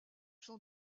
son